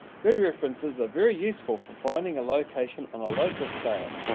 grid references are very useful for finding a location on a local scale.